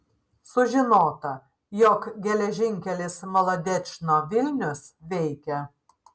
sužinota jog geležinkelis molodečno vilnius veikia